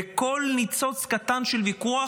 וכל ניצוץ קטן של ויכוח,